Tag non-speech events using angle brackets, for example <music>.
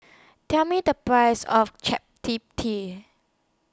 Tell Me The Price of <unintelligible>